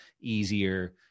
easier